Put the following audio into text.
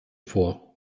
vor